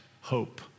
hope